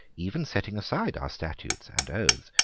even setting aside our statutes and oaths,